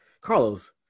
Carlos